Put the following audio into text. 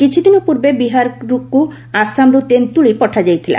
କିଛିଦିନ ପୂର୍ବେ ବିହାରକୁ ଆସାମରୁ ତେନ୍ତୁଳି ପଠାଯାଇଥିଲା